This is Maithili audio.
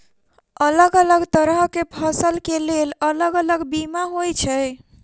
अलग अलग तरह केँ फसल केँ लेल अलग अलग बीमा होइ छै?